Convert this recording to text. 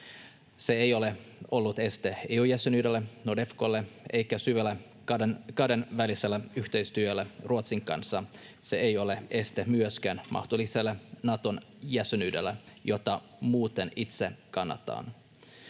Se ei ole ollut este EU-jäsenyydelle, Nordefcolle eikä syvälle kahdenväliselle yhteistyölle Ruotsin kanssa. Se ei ole este myöskään mahdolliselle Naton jäsenyydelle — jota muuten itse kannatan.